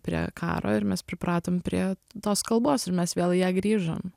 prie karo ir mes pripratom prie tos kalbos ir mes vėl į ją grįžom